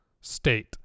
state